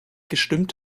gestimmt